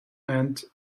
and